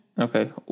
Okay